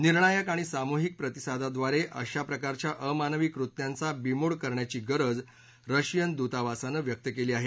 निर्णायक आणि सामूहिक प्रतिसादाद्वारे अशा प्रकारच्या अमानवी कृत्यांचा बीमोड करण्याची गरज रशियन दूतावासानं व्यक्त केली आहे